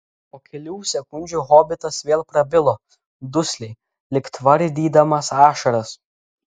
po kelių sekundžių hobitas vėl prabilo dusliai lyg tvardydamas ašaras